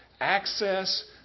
Access